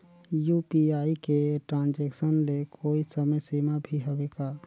UPI के transaction ले कोई समय सीमा भी हवे का?